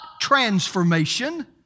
transformation